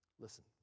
Listen